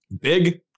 big